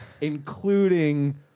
including